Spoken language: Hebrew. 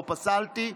לא פסלתי,